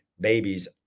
babies